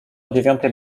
dziewiątej